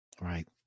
Right